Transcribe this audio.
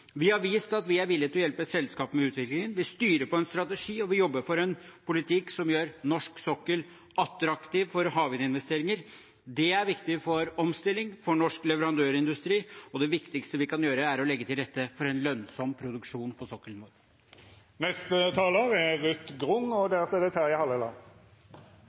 Vi har vist at vi er villige til å hjelpe selskap med utviklingen. Vi styrer på en strategi, og vi jobber for en politikk som gjør norsk sokkel attraktiv for havvindinvesteringer. Det er viktig for omstilling, for norsk leverandørindustri, og det viktigste vi kan gjøre, er å legge til rette for en lønnsom produksjon på sokkelen